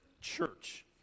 church